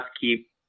keep